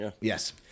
Yes